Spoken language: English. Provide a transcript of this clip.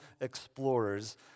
explorers